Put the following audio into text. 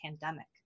pandemic